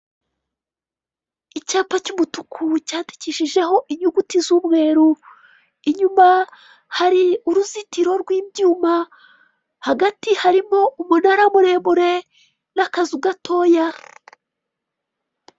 Icyapa cy'umutuku cyadikishijeho inyuguti z'umweru. Inyuma hari uruzitiro rw' ibyuma, hagati harimo umunara muremure n'akazu gatoya.